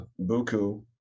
buku